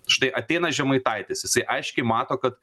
štai ateina žemaitaitis jisai aiškiai mato kad